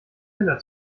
teller